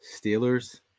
Steelers